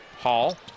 Hall